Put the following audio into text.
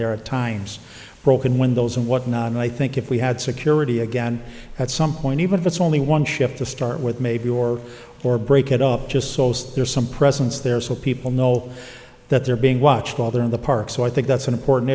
there at times broken windows and whatnot and i think if we had security again at some point even if it's only one ship to start with maybe or or break it up just so there's some presence there so people know that they're being watched while they're in the park so i think that's an important